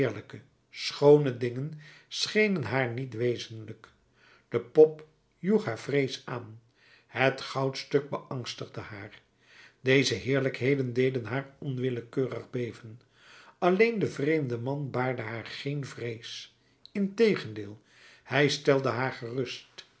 schoone dingen schenen haar niet wezenlijk de pop joeg haar vrees aan het goudstuk beangstigde haar deze heerlijkheden deden haar onwillekeurig beven alleen de vreemde man baarde haar geen vrees integendeel hij stelde haar gerust